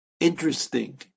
interesting